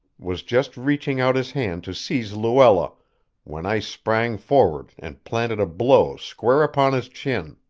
was just reaching out his hand to seize luella when i sprang forward and planted a blow square upon his chin.